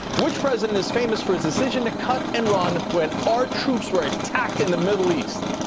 which president is famous for his decision to cut and run when our troops were attacked in the middle east?